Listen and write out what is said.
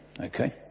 Okay